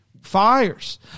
fires